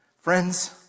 Friends